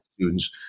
students